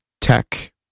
tech